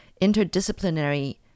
interdisciplinary